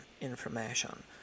information